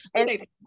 okay